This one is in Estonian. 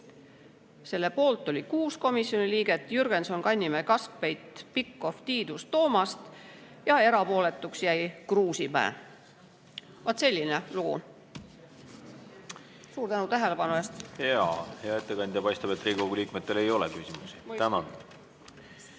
Selle poolt oli kuus komisjoni liiget – Jürgenson, Kannimäe, Kaskpeit, Pikhof, Tiidus, Toomast – ja erapooletuks jäi Kruusimäe. Vaat selline lugu. Suur tänu tähelepanu eest! Hea ettekandja, paistab, et Riigikogu liikmetel ei ole küsimusi. Hea